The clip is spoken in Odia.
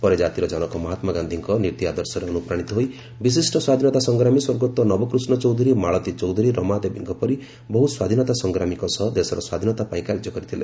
ପରେ କାତିର ଜନକ ମହାତ୍କାଗାଧୀଙ୍କ ନୀତି ଆଦର୍ଶରେ ଅନୁପ୍ରାଶିତ ହୋଇ ବିଶିଷ ସ୍ୱାଧୀନତା ସଂଗ୍ରମାୀ ସ୍ୱର୍ଗତ ନବକୃଷ୍ଡ ଚୌଧୁରୀ ମାଳତୀ ଚୌଧୁରୀ ରମାଦେବୀଙ୍କ ପରି ବହ୍ ସ୍ୱାଧୀନତା ସଂଗ୍ରାମୀଙ୍କ ସହ ଦେଶର ସ୍ୱାଧୀନତା ପାଇଁ କାର୍ଯ୍ୟ କରିଥିଲେ